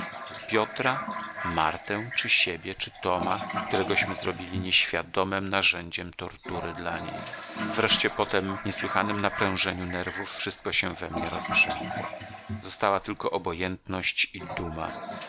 piotra martę czy siebie czy toma któregośmy zrobili nieświadomem narzędziem tortury dla niej wreszcie po tem niesłychanem naprężeniu nerwów wszystko się we mnie rozprzęgło została tylko obojętność i duma